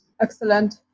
Excellent